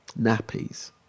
Nappies